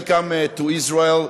Welcome to Israel.